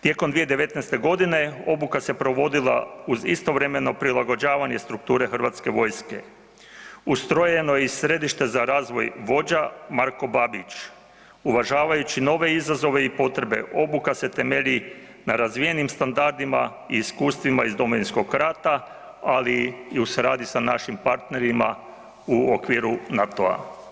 Tijekom 2019.-te godine obuka se provodila uz istovremeno prilagođavanje strukture Hrvatske vojske, ustrojeno je i Središte za razvoj vođa Marko Babić, uvažavajući nove izazove i potrebe, obuka se temelji na razvijenim standardima i iskustvima iz Domovinskog rata, ali i u suradnji sa našim partnerima u okviru NATO-a.